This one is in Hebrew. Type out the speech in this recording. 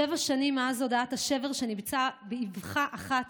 שבע שנים מאז הודעת השבר שניפצה באבחה אחת